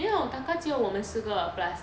没有 taka 只有我们四个 plus